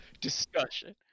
discussion